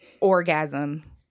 orgasm